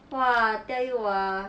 !wah! I tell you !wah!